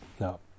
No